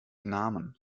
namen